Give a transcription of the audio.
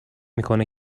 میکنه